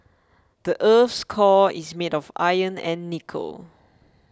the earth's core is made of iron and nickel